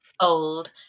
old